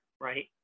right